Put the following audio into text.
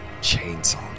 chainsaw